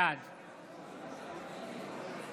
בעד